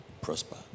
Prosper